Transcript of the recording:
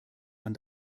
man